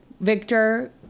victor